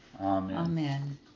Amen